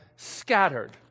scattered